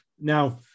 now